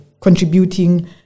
contributing